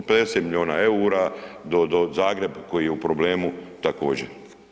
50 milijuna eura do Zagreba koji je problemu također.